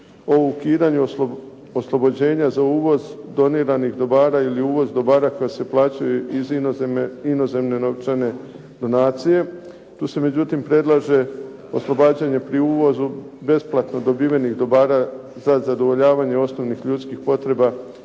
o ukidanju oslobođenja za uvoz doniranih dobara ili uvoz dobara koji se plaćaju iz inozemne novčane donacije. Tu se međutim predlaže oslobađanje pri uvozu besplatno dobivenih dobara za zadovoljavanje osnovnih ljudskih potreba